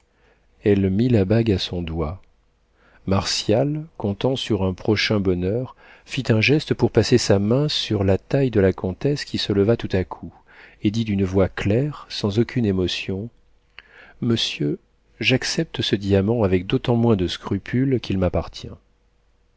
elle mit la bague à son doigt martial comptant sur un prochain bonheur fit un geste pour passer sa main sur la taille de la comtesse qui se leva tout à coup et dit d'une voix claire sans aucune émotion monsieur j'accepte ce diamant avec d'autant moins de scrupule qu'il m'appartient